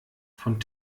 von